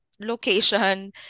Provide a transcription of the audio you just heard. location